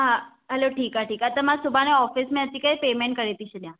हा हलो ठीकु आहे ठीकु आहे त मां सुभाणे ऑफिस में अची करे पेमेंट करे थी छॾियां